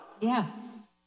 Yes